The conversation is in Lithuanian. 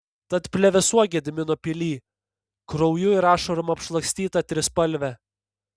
tad plevėsuok gedimino pily krauju ir ašarom apšlakstyta trispalve